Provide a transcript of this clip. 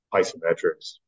isometrics